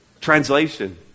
Translation